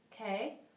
okay